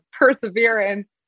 perseverance